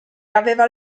aveva